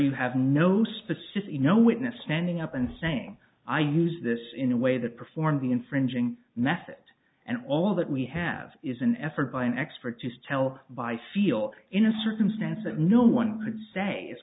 you have no specific no witness standing up and saying i use this in a way that performs the infringing method and all that we have is an effort by an expert to tell by feel in a circumstance that no one could say is